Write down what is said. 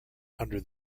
under